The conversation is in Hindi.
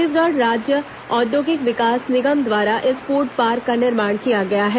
छत्तीसगढ़ राज्य औद्योगिक विकास निगम द्वारा इस फूडपार्क का निर्माण किया गया है